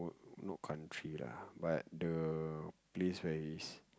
not country lah but the place where it's